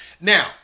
Now